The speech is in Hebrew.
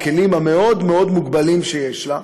בכלים המאוד-מאוד מוגבלים שיש לה,